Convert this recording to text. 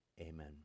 amen